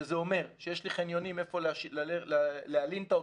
שזה אומר שיש לי חניונים איפה להלין את האוטובוס.